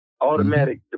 automatic